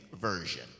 Version